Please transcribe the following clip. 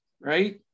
right